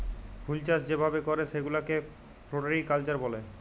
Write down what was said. ফুলচাষ যে ভাবে ক্যরে সেগুলাকে ফ্লরিকালচার ব্যলে